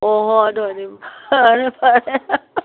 ꯑꯣ ꯍꯣꯏ ꯑꯗꯨ ꯑꯣꯏꯗꯤ ꯐꯔꯦ ꯐꯔꯦ